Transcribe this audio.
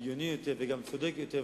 הגיוני יותר וגם צודק יותר,